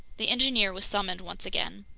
the engineer was summoned once again.